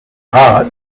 hot